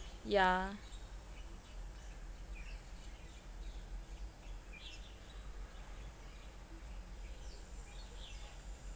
yeah